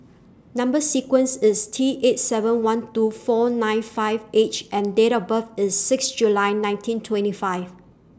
Number sequence IS T eight seven one two four nine five H and Date of birth IS six July nineteen twenty five